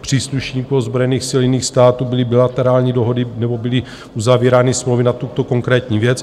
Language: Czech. příslušníků ozbrojených sil jiných států byly bilaterální dohody nebo byly uzavírány smlouvy na tuto konkrétní věc.